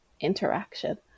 interaction